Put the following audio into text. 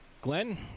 Glenn